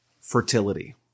fertility